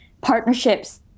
partnerships